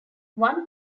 one